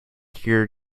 hear